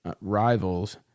rivals